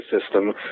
system